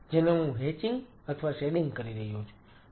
તે ભાગ જેને હું હેચિંગ અથવા શેડિંગ કરી રહ્યો છું